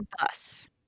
bus